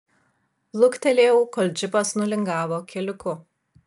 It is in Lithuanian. luktelėjau kol džipas nulingavo keliuku